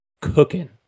cooking